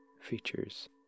features